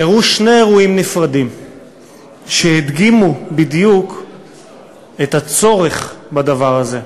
אירעו שני אירועים נפרדים שהדגימו בדיוק את הצורך בדבר הזה.